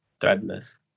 Threadless